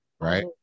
right